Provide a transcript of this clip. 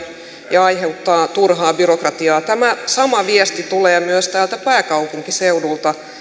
ja aiheuttaa turhaa byrokratiaa tämä sama viesti tulee myös täältä pääkaupunkiseudulta